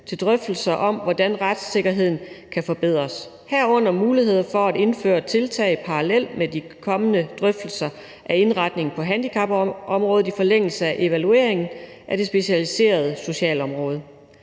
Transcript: til drøftelser om, hvordan retssikkerheden kan forbedres, herunder muligheder for at indføre tiltag parallelt med de kommende drøftelser af indretningen på handicapområdet i forlængelse af evalueringen af det specialiserede socialområde.